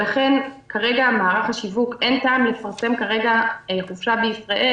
לכן כרגע מערך השיווק אין טעם לפרסם כרגע חופשה בישראל.